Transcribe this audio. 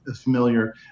familiar